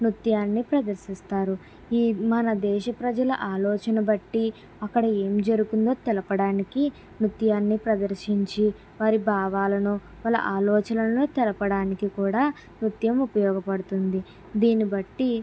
నృత్యాన్ని ప్రదర్శిస్తారు ఈ మన దేశ ప్రజల ఆలోచన బట్టి అక్కడ ఏం జరుగుతుందో తెలపడానికి నృత్యాన్ని ప్రదర్శించి వారి భావాలను వాళ్ళ ఆలోచనలను తెలపడానికి కూడా నృత్యం ఉపయోగపడుతుంది దీన్ని బట్టి